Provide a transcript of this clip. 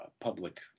public